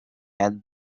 had